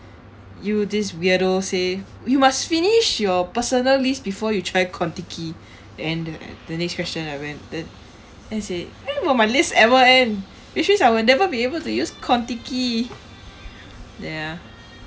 you this weirdo say we must finish your personal list before you try contiki and the the next question I went then I said when will my list ever end which means I will never be able to use contiki ya